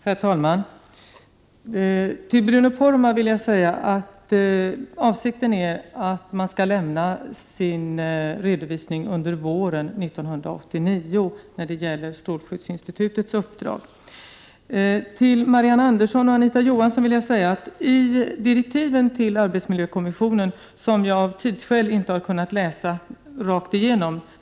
Herr talman! Till Bruno Poromaa vill jag säga att avsikten är att strålskyddsinstitutet skall lämna redovisningen av sitt uppdrag under våren 1989. Till Marianne Andersson och Anita Johansson vill jag säga följande. Jag har av tidsskäl inte kunnat läsa upp direktiven till arbetsmiljökommissionen i deras helhet.